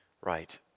Right